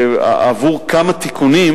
עבור כמה תיקונים,